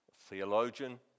theologian